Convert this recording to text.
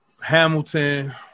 Hamilton